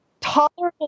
tolerable